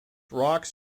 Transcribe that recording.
rocks